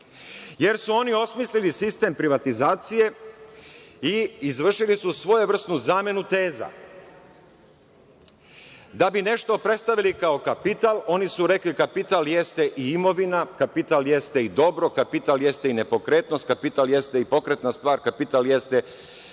jer su oni osmislili sistem privatizacije i izvršili su svojevrsnu zamenu teza. Da bi nešto predstavili kao kapital, oni su rekli kapital jeste i imovina, kapital i jeste dobro, kapital i jeste nepokretnost, kapital jeste i pokretna stvar, kapital jeste